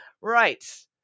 right